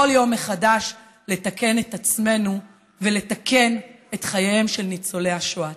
כל יום מחדש לתקן את עצמנו ולתקן את חייהם של ניצולי השואה.